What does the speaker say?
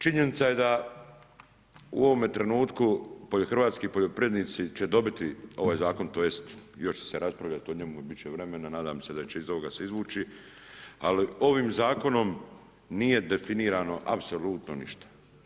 Činjenica je da u ovome trenutku hrvatski poljoprivrednici će dobiti ovaj zakon tj. još će se raspravljati o njemu, bit će vremena, nadam se da će se iz ovoga se izvući, ali ovim zakonom nije definirano apsolutno ništa.